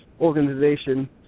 Organization